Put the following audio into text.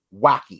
wacky